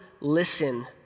listen